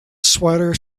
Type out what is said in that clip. sweater